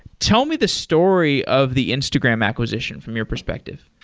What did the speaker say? tell me the story of the instagram acquisition from your perspective.